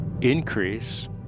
increase